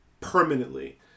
permanently